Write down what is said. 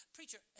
Preacher